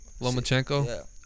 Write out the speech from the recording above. Lomachenko